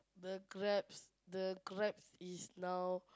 the Grabs the Grab is now